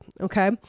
Okay